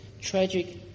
tragic